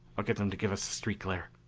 i'll get them to give us the street glare!